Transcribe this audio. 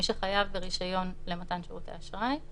מי שחייב שרישיון למתן שירותי אשראי.